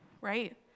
right